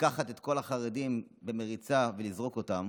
לקחת את כל החרדים במריצה ולזרוק אותם,